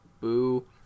boo